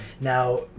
now